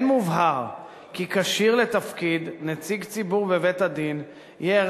כן מובהר כי כשיר לתפקיד נציג ציבור בבית-הדין יהיה